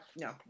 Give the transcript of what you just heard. no